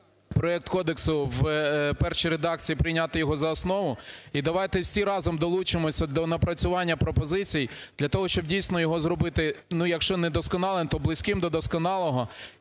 проект кодексу в першій редакції, прийняти його за основу. І давайте всі разом долучимося до напрацювання пропозицій для того, щоб, дійсно, його зробити, ну, якщо не досконалим, то близьким до досконалого